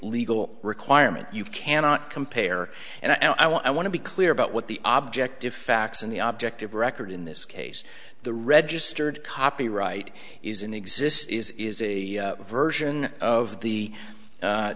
legal requirement you cannot compare and i want to be clear about what the object of facts and the object of record in this case the registered copyright is in exists is is a version of the